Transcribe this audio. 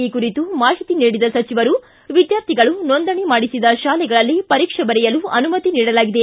ಈ ಕುರಿತು ಮಾಹಿತಿ ನೀಡಿದ ಸಚಿವರು ವಿದ್ಯಾರ್ಥಿಗಳು ನೋಂದಣಿ ಮಾಡಿಸಿದ ಶಾಲೆಗಳಲ್ಲೇ ಪರೀಕ್ಷೆ ಬರೆಯಲು ಅನುಮತಿ ನೀಡಲಾಗಿದೆ